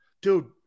Dude